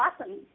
awesome